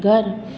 घरु